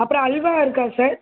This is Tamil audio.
அப்புறம் அல்வா இருக்கா சார்